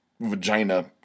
vagina